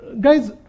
Guys